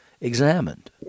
examined